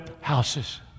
houses